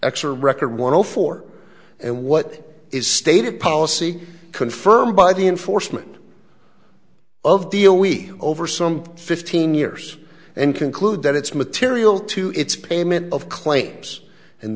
or record one o four and what is stated policy confirmed by the enforcement of deal we over some fifteen years and conclude that it's material to it's payment of claims and